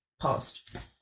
past